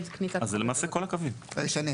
כניסת ה --- אז למעשה זה כל הקווים הישנים.